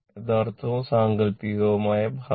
യഥാർത്ഥവും സാങ്കൽപ്പികവുമായ ഭാഗം